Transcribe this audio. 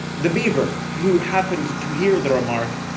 the beaver, who happened to hear the remark,